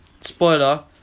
Spoiler